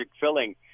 filling